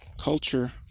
culture